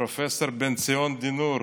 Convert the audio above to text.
פרופ' בן-ציון דינור,